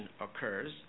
occurs